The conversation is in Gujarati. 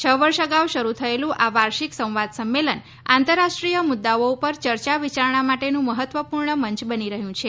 છ વર્ષ અગાઉ શરૂ થયેલુ આ વાર્ષિક સંવાદ સંમેલન આંતરરાષ્ટ્રીય મુદ્દાઓ પર ચર્ચા વિચારણા માટેનું મહત્ત્વપૂર્ણ મંચ બની રહ્યું છે